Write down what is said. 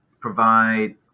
provide